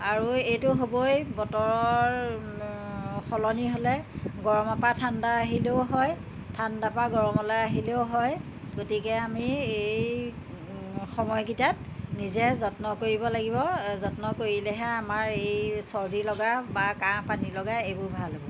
আৰু এইটো হ'বই বতৰৰ সলনি হ'লে গৰমৰ পৰা ঠাণ্ডা আহিলেও হয় ঠাণ্ডা পৰা গৰমলৈ আহিলেও হয় গতিকে আমি এই সময়কেইটাত নিজে যত্ন কৰিব লাগিব যত্ন কৰিলেহে আমাৰ এই চৰ্দি লগা বা কাঁহ পানী লগা এইবোৰ ভাল হ'ব